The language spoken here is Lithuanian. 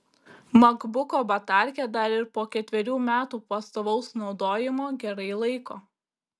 makbuko batarkė dar ir po ketverių metų pastovaus naudojimo gerai laiko